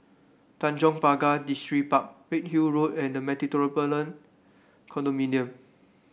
Tanjong Pagar Distripark Redhill Road and The Metropolitan Condominium